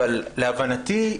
אבל להבנתי,